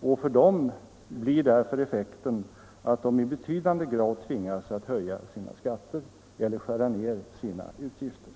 och för dem blir därför effekten att de i betydande grad tvingas att höja sina skatter eller skära ned sina utgifter.